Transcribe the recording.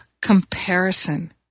comparison